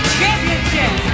Championship